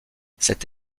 cette